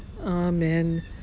Amen